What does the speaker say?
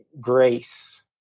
grace